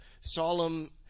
solemn